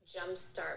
jumpstart